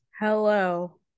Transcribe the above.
Hello